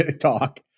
talk